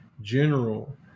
general